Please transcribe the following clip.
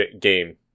game